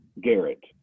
Garrett